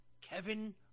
Kevin